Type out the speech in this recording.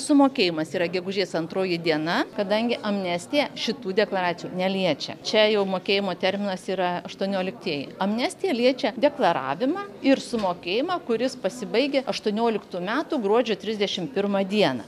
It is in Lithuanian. sumokėjimas yra gegužės antroji diena kadangi amnestija šitų deklaracijų neliečia čia jau mokėjimo terminas yra aštuonioliktieji amnestija liečia deklaravimą ir sumokėjimą kuris pasibaigia aštuonioliktų metų gruodžio trisdešim pirmą dieną